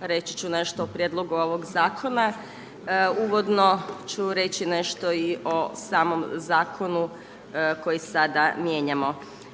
reći ću nešto o prijedlogu ovog zakona. Uvodno ću reći nešto i o samom zakonu koji sada mijenjamo.